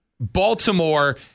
Baltimore